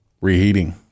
reheating